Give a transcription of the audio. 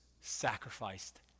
sacrificed